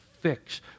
fix